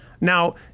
Now